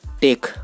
take